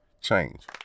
change